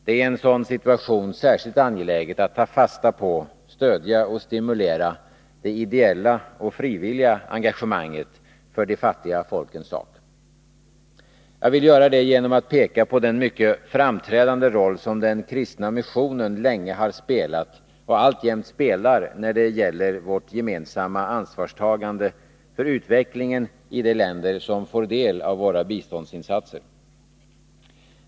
Det är i en sådan situation särskilt angeläget att ta fasta på, stödja och stimulera det ideella och frivilliga engagemanget för de fattiga folkens sak. Jag vill göra det genom att peka på den mycket framträdande roll som den kristna missionen länge har spelat och alltjämt spelar när det gäller vårt gemensamma ansvarstagande för utvecklingen i de länder som får del av våra biståndsinsatser.